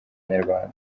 nyarwanda